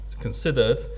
considered